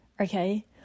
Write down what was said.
okay